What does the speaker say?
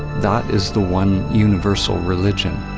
that is the one universal religion.